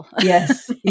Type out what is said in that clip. Yes